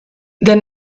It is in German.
der